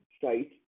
site